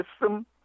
system